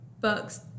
books